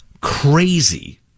crazy